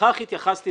לכך התייחסתי